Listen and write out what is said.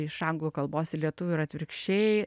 iš anglų kalbos į lietuvių ir atvirkščiai